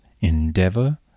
endeavor